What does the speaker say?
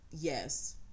Yes